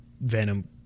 Venom